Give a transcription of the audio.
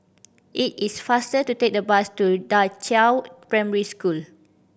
it is faster to take the bus to Da Qiao Primary School